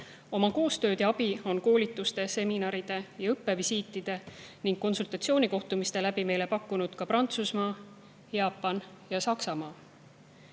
ja abi on koolituste, seminaride ja õppevisiitide ning konsultatsioonikohtumiste kaudu meile pakkunud ka Prantsusmaa, Jaapan ja Saksamaa.